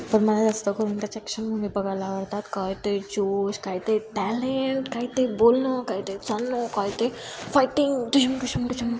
पण मला जास्त करून त्याच्या एक्शन मुवी बघायला आवडतात काय ते जोश काय ते टॅलेंट काय ते बोलणं काय ते चालणं काय ते फायटिंग ढिशूम ढिशूम ढिशूम